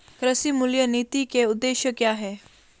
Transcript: कृषि मूल्य नीति के उद्देश्य क्या है?